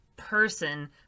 person